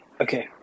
okay